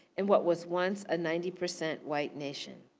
in what was once a ninety percent white nation.